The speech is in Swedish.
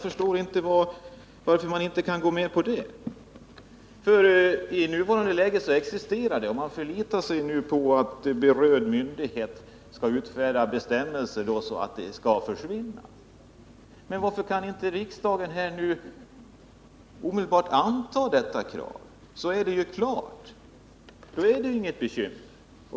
I nuvarande läge existerar dessa diskriminerande bestämmelser, och man förlitar sig alltså på att berörd myndighet skall besluta att de skall försvinna. Men varför kan inte riksdagen omedelbart fatta beslut härom? Då skulle det inte längre vara något bekymmer.